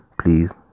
please